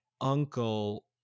uncle